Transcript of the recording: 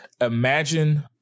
imagine